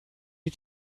die